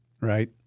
Right